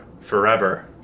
forever